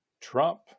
Trump